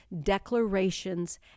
declarations